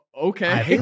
okay